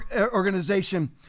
Organization